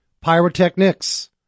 pyrotechnics